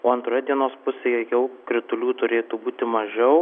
o antroje dienos pusėje jau kritulių turėtų būti mažiau